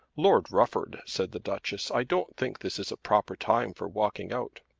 lord rufford, said the duchess, i don't think this is a proper time for walking out.